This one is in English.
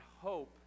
hope